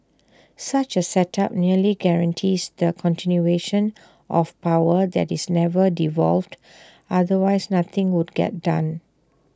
such A setup nearly guarantees the continuation of power that is never devolved otherwise nothing would get done